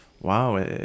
wow